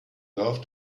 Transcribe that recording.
love